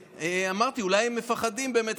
אמרתי, אולי הם מפחדים באמת.